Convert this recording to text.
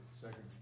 second